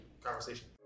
conversation